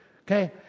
Okay